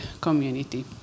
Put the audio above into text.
community